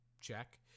Check